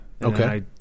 Okay